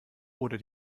oder